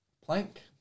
plank